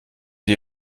die